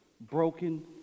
broken